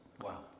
Wow